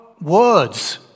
words